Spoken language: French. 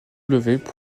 web